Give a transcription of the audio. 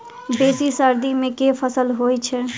बेसी सर्दी मे केँ फसल होइ छै?